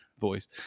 voice